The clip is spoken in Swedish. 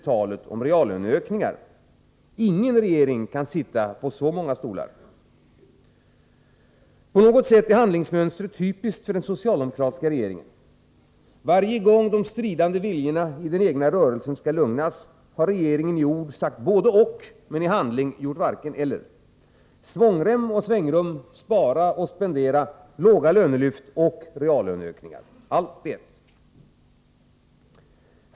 talet om reallöneökningar. Ingen regering kan sitta på så många stolar. På något sätt är handlingsmönstret typiskt för den socialdemokratiska regeringen. Varje gång de stridande viljorna i den egna rörelsen skall lugnas har regeringen i ord sagt både-och, men i handling gjort varken-eller. Svångrem och svängrum, spara och spendera, låga lönelyft och reallöneökningar — allt i ett.